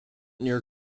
near